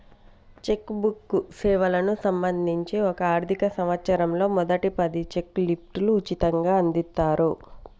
check book సేవలకు సంబంధించి ఒక ఆర్థిక సంవత్సరంలో మొదటి పది చెక్ లీఫ్లు ఉచితంగ అందిత్తరు